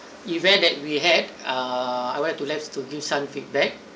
event that we had uh I would like to give some feedback